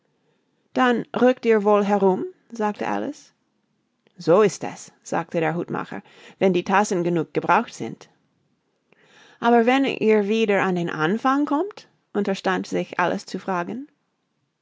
dann rückt ihr wohl herum sagte alice so ist es sagte der hutmacher wenn die tassen genug gebraucht sind aber wenn ihr wieder an den anfang kommt unterstand sich alice zu fragen